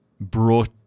brought